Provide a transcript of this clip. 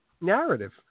narrative